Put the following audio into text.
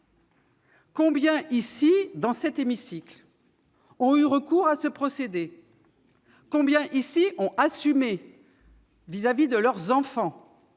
Combien, dans cet hémicycle, ont eu recours à ce procédé ? Combien l'ont assumé devant leurs enfants ?